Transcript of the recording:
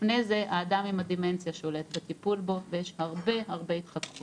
לפי זה האדם עם הדמנציה שולט בטיפול בו ויש הרבה-הרבה התחככויות.